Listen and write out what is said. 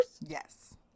Yes